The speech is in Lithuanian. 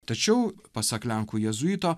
tačiau pasak lenkų jėzuito